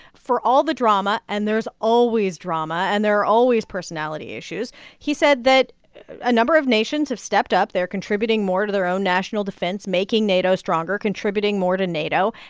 for all the drama and there's always drama, and there are always personality issues he said that a number of nations have stepped up. they're contributing more to their own national defense, making nato stronger, contributing more to nato.